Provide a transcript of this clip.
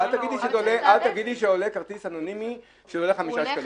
אבל אל תגידי שעולה כרטיס אנונימי 5 שקלים.